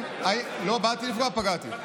לא באתי לפגוע, פגעתי.